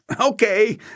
Okay